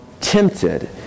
tempted